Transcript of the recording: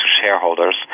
shareholders